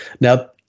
Now